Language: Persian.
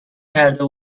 کرده